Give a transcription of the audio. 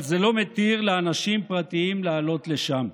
אבל זה לא מתיר לאנשים פרטיים לעלות לשם.